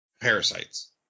parasites